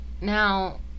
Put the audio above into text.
now